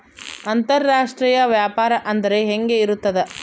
ಅಂತರಾಷ್ಟ್ರೇಯ ವ್ಯಾಪಾರ ಅಂದರೆ ಹೆಂಗೆ ಇರುತ್ತದೆ?